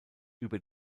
über